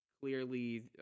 clearly